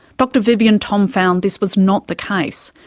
dr vivienne thom found this was not the case,